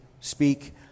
speak